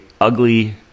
ugly